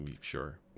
Sure